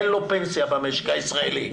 אין לו פנסיה במשק הישראלי.